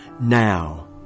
Now